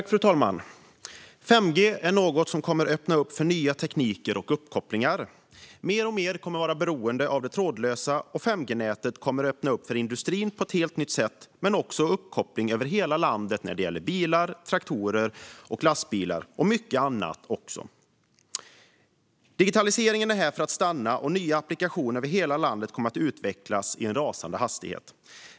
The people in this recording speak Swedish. Fru talman! 5G är något som kommer att öppna för nya tekniker och uppkopplingar. Mer och mer kommer att vara beroende av det trådlösa, och 5G-nätet kommer att öppna för industrin på ett helt nytt sätt men också för uppkoppling över hela landet för bilar, traktorer, lastbilar och också mycket annat. Digitaliseringen är här för att stanna, och nya applikationer över hela landet kommer att utvecklas i en rasande hastighet.